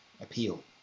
appeal